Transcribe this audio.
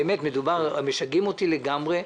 באמת משגעים אותי לגמרי,